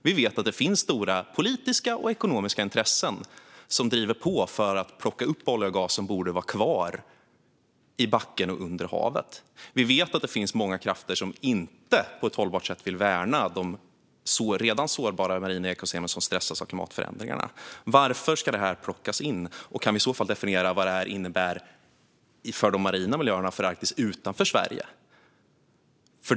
Vi vet att det finns stora politiska och ekonomiska intressen som driver på för att plocka upp olja och gas som borde vara kvar i backen och under havet. Vi vet att det finns många krafter som inte på ett hållbart sätt vill värna de redan sårbara marina ekosystem som stressas av klimatförändringarna. Varför ska detta plockas in, och kan vi i så fall definiera vad det innebär för de marina miljöerna och för Arktis utanför Sverige?